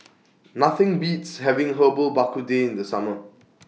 Nothing Beats having Herbal Bak Ku Teh in The Summer